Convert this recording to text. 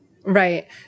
Right